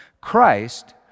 Christ